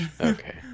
okay